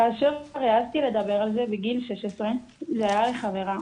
כאשר כבר העזתי לדבר על זה בגיל 16, זה היה לחברה